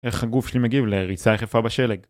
איך הגוף שלי מגיב לריצה יחפה בשלג